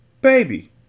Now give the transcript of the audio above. Baby